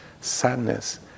Sadness